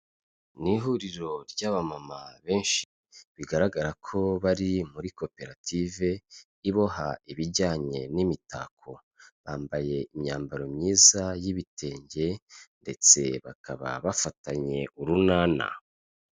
Ni ihuriro ry'abamama benshi bigaragara ko bari muri koperative iboha ibijyanye n'imitako, bambaye imyambaro myiza y'ibitenge ndetse bakaba bafatanye urunana.